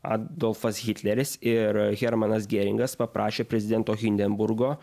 adolfas hitleris ir hermanas gėringas paprašė prezidento hindenburgo